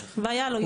הייתה לו עילה.